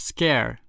Scare